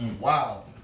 Wow